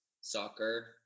soccer